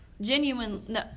Genuine